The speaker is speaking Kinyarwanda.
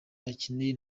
akeneye